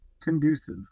conducive